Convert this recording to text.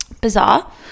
bizarre